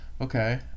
okay